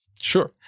Sure